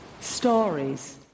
stories